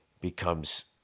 becomes